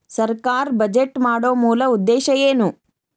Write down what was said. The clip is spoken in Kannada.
ಸರ್ಕಾರ್ ಬಜೆಟ್ ಮಾಡೊ ಮೂಲ ಉದ್ದೇಶ್ ಏನು?